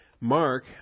Mark